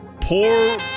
Poor